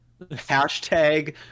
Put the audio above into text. Hashtag